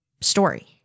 story